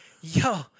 yo